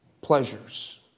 pleasures